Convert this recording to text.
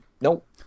Nope